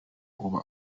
uba